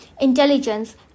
intelligence